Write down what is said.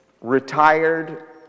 retired